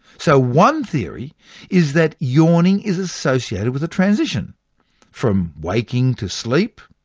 so one theory is that yawning is associated with a transition from waking to sleep,